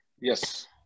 Yes